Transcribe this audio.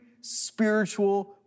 spiritual